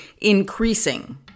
increasing